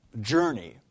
journey